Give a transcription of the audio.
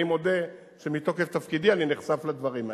אני מודה שמתוקף תפקידי אני נחשף לדברים האלה.